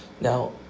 Now